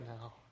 now